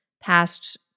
past